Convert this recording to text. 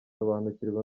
sobanukirwa